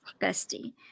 bestie